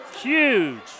huge